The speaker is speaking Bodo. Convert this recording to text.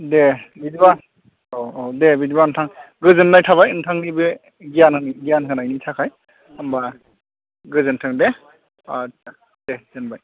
दे बिदिब्ला औ औ दे बिदिब्ला नोंथां गोजोनाय थाबाय नोंथांनि बे गियान गियान होनायनि थाखाय होमब्ला गोजोनथों दे आदसा दे दोनबाय